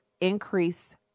increase